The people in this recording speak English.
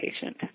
patient